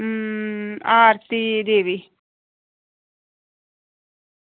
अं Aarti देवी